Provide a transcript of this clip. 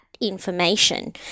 information